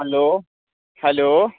hello hello